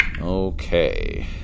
Okay